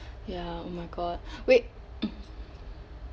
ya oh my god wait